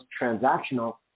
transactional